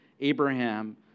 Abraham